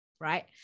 right